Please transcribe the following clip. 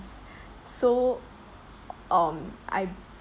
s~ so um I